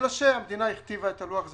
אלא שהמדינה הכתיבה את לוח הזמנים,